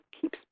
keeps